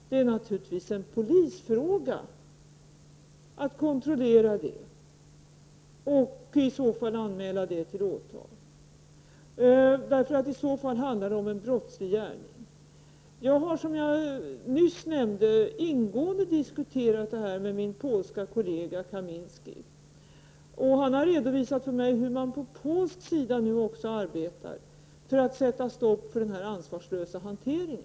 Det är naturligtvis polisen som skall kontrollera uppgifter om vad som förekommit, och om så blir fallet anmäla till åtal. Det handlar i så fall om en brottslig gärning. Jag har som jag nyss nämnde ingående diskuterat detta med min polske kollega Kaminski. Han har redovisat för mig hur man nu också på polsk sida arbetar för för att sätta stopp för denna ansvarslösa hantering.